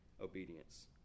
obedience